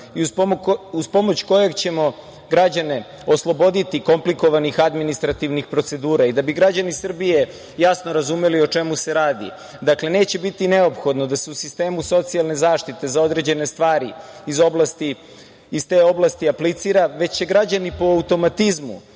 i uz pomoć kojeg ćemo građane osloboditi komplikovanih administrativnih procedura. Da bi građani Srbije jasno razumeli o čemu se radi, dakle, neće biti neophodno da se u sistemu socijalne zaštite za određene stvari iz te oblasti aplicira, već će građani po automatizmu